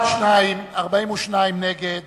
שניים בעד, 42 נגד